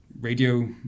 radio